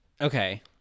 okay